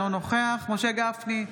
אינו נוכח משה גפני,